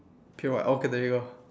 what okay there you go